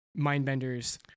Mindbender's